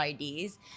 IDs